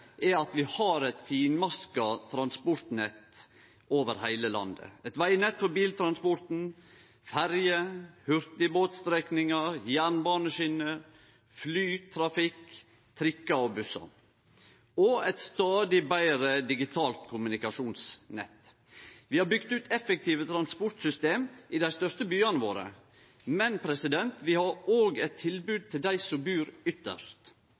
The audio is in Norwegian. er at vi har eit finmaska transportnett over heile landet, eit vegnett for biltransporten, ferjer, hurtigbåtstrekningar, jernbaneskjener, flytrafikk, trikkar og bussar og eit stadig betre digitalt kommunikasjonsnett. Vi har bygd ut effektive transportsystem i dei største byane våre, men vi har òg eit tilbod til dei som bur